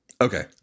Okay